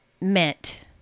meant